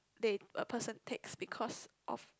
they a person take because of